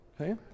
Okay